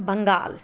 Bengal